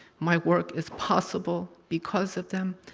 my work is possible because of them.